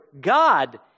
God